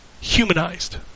humanized